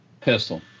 pistol